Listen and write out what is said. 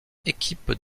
équipes